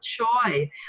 choy